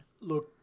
Look